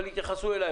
אבל יתייחסו אליה.